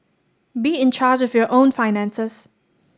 be in charge of your own finances